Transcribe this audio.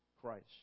Christ